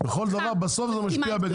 בכל דבר בסוף זה משפיע בגדול.